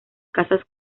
casas